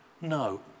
No